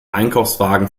einkaufswagen